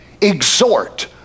exhort